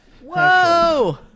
Whoa